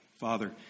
Father